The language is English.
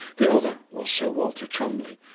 the other was sir walter cholmondeliegh,